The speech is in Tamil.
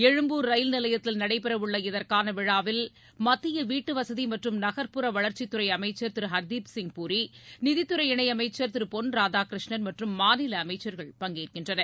எழும்பூர் ரயில் நிலையத்தில் நடைபெறவுள்ள இதற்கான விழாவில் மத்திய வீட்டுவசதி மற்றும் நகர்ப்புற வளர்ச்சித்துறை அமைச்சர் திரு ஹர்திப்சிங் பூரி நிதித்துறை இணையமைச்சர் திரு பொன் ராதாகிருஷ்ணன் மற்றும் மாநில அமைச்சர்கள் பங்கேற்கின்றனர்